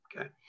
Okay